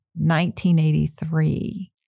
1983